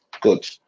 Good